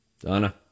Donna